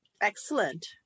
Excellent